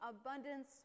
abundance